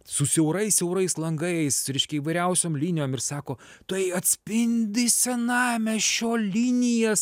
su siaurais siaurais langais reiškia įvairiausiom linijom ir sako tai atspindi senamiesčio linijas